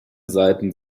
seiten